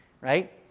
right